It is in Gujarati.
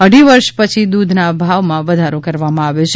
અઢી વર્ષ પછી દૂધના ભાવમાં વધારો કરવામાં આવ્યો છે